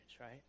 right